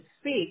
speak